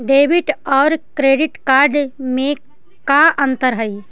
Debit और credit card में का अंतर हइ?